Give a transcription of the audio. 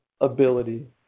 ability